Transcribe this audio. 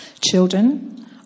Children